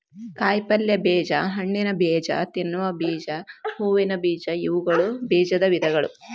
ಕಾಯಿಪಲ್ಯ ಬೇಜ, ಹಣ್ಣಿನಬೇಜ, ತಿನ್ನುವ ಬೇಜ, ಹೂವಿನ ಬೇಜ ಇವುಗಳು ಬೇಜದ ವಿಧಗಳು